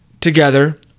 together